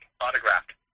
autographed